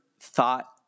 thought